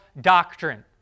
doctrine